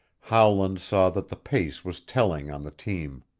howland saw that the pace was telling on the team.